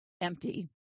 empty